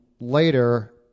later